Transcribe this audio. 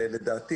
לדעתי,